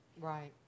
right